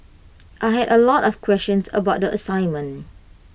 I had A lot of questions about the assignment